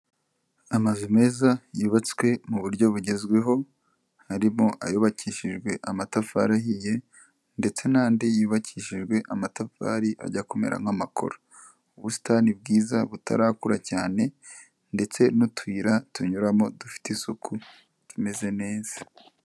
Amazu meza yubatswe mu buryo bugezweho, harimo ayubakishijwe amatafari ahiye, ndetse n'andi yubakishijwe amatafari ajya kumera nk'amakoro. Ubusitani bwiza butarakura cyane, ndetse n'utuyira tunyuramo dufite isuku, tumeze neza.